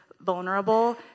vulnerable